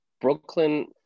Brooklyn